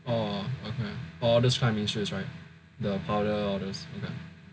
oh okay all those climbing shoes right the powder all